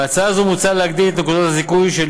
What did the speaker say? בהצעה זו מוצע להגדיל את נקודת הזיכוי של